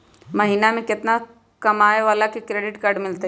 महीना में केतना कमाय वाला के क्रेडिट कार्ड मिलतै?